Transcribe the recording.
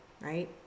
right